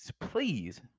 please